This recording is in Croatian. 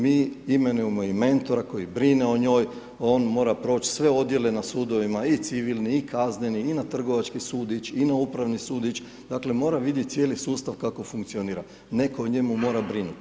Mi imenujemo i mentora koji brine o njoj, on mora proći sve odjele na sudovima i civilni i kazneni i na Trgovački sud ić, i na Upravni sud ić, dakle mora vidjet cijeli sustav kako funkcionira, netko o njemu mora brinuti.